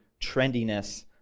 trendiness